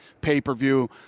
pay-per-view